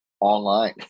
online